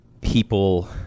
people